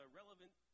relevant